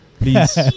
please